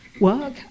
work